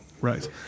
right